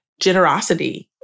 generosity